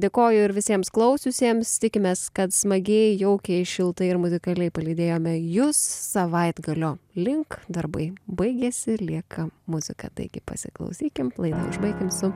dėkoju visiems klausiusiems tikimės kad smagiai jaukiai šiltai ir muzikaliai palydėjome jus savaitgalio link darbai baigiasi lieka muzika taigi pasiklausykim laidą užbaikim su